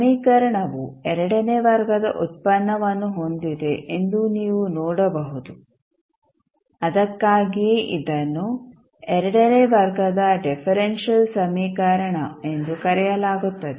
ಸಮೀಕರಣವು ಎರಡನೇ ವರ್ಗದ ಉತ್ಪನ್ನವನ್ನು ಹೊಂದಿದೆ ಎಂದು ನೀವು ನೋಡಬಹುದು ಅದಕ್ಕಾಗಿಯೇ ಇದನ್ನು ಎರಡನೇ ವರ್ಗದ ಡಿಫರೆಂಶಿಯಲ್ ಸಮೀಕರಣ ಎಂದು ಕರೆಯಲಾಗುತ್ತದೆ